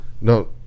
No